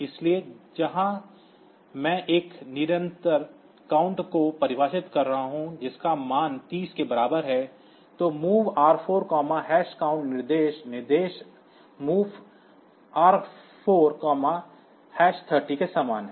इसलिए जहां मैं एक निरंतर count को परिभाषित कर रहा हूं जिसका मान 30 के बराबर है तो MOV R4count निर्देश निर्देश MOV R430 के समान है